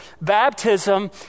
baptism